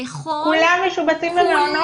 בכל --- כולם משובצים במעונות?